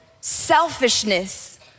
selfishness